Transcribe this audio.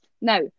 Now